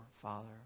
Father